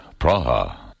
Praha